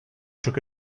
took